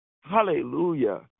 Hallelujah